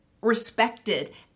respected